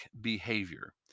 behavior